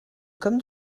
comme